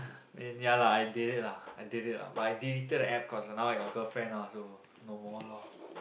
and ya lah I did it lah I did it lah but I deleted the App cause now I got girlfriend ah so no more loh